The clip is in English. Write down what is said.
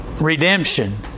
redemption